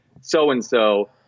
so-and-so